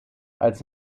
als